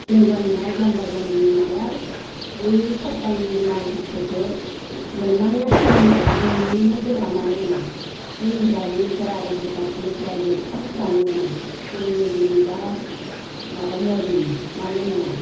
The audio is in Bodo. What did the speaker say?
जोंनि गामिया जाम्बा जाम्बि नालाय ओइ सोरकारनि माल बुस्थुखौ मोन्नायासो मोनो मोननो गोनाङा मानो मोना बै हौवा गैयिफोरा आरो बुरैना थानायफोरा गैथारि फोरानो मोना अरुनदयनि बा माबा मदीनि मानो मोना